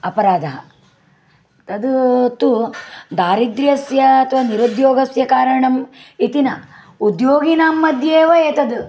अपराधः तद् तु दारिद्र्यस्य अथवा निरुद्योगस्य कारणम् इति न उद्योगिनां मध्ये एव एतत्